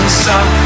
stop